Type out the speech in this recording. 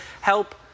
help